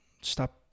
stop